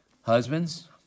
Husbands